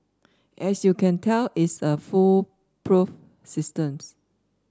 as you can tell it's a foolproof systems